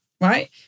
right